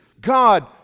God